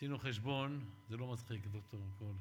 עשינו חשבון, זה לא מצחיק, ד"ר קול.